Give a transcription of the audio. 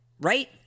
right